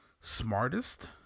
smartest